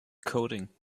coding